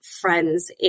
Friends